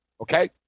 Okay